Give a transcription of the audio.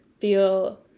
feel